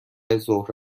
ظهر